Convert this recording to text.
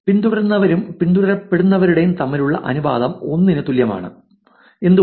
പിന്തുടരുന്നവരു പിന്തുടപെടുന്നവരുടെ തമ്മിലുള്ള അനുപാതം 1 ന് തുല്യമാകുന്നത് എന്തുകൊണ്ട്